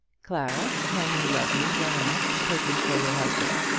clara, can you love me well enough to take me for your husband?